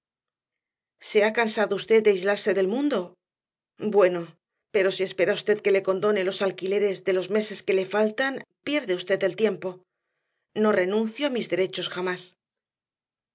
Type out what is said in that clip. se ha cansado usted de aislarse del mundo bueno pero si espera usted que le condone los alquileres de los meses que le faltan pierde usted el tiempo no renuncio a mis derechos jamás